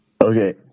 Okay